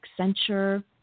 Accenture